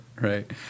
Right